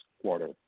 quarter